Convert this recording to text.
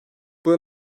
buna